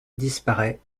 disparait